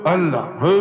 Allah